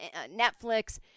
netflix